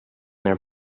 their